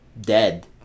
dead